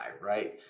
right